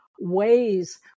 ways